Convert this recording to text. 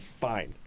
fine